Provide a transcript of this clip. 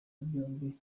byombi